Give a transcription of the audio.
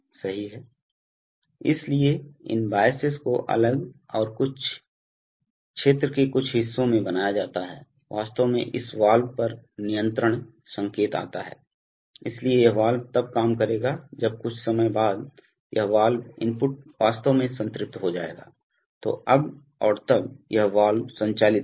सही है इसलिए इन बायसेस को अलग और क्षेत्र के कुछ हिस्सों में बनाया जाता है वास्तव में इस वाल्व पर नियंत्रण संकेत आता है इसलिए यह वाल्व तब काम करेगा जब कुछ समय बाद यह वाल्व इनपुट वास्तव में संतृप्त हो जाएगा तो अब और तब यह वाल्व संचालित होगा